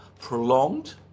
prolonged